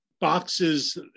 boxes